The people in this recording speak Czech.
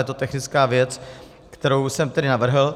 Je to technická věc, kterou jsem tedy navrhl.